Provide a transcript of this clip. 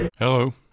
Hello